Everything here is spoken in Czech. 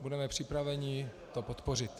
Budeme připraveni to podpořit.